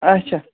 اچھا